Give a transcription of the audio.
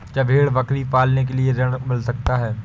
क्या भेड़ बकरी पालने के लिए ऋण मिल सकता है?